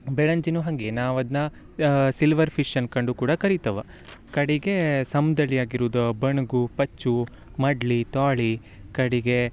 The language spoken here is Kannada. ಬೆಳಂಜಿನು ಹಾಗೆ ನಾವು ಅದನ್ನ ಸಿಲ್ವರ್ ಫಿಶ್ ಅನ್ಕಂಡು ಕೂಡ ಕರಿತವ ಕಡಿಗೆ ಸಮ್ದಳಿ ಆಗಿರುದ ಬಣ್ಗು ಪಚ್ಚು ಮಡ್ಲಿ ತ್ವಾಳಿ ಕಡಿಗೆ